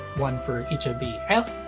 one for each of the an,